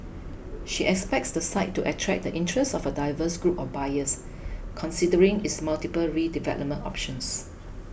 she expects the site to attract the interest of a diverse group of buyers considering its multiple redevelopment options